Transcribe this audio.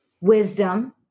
wisdom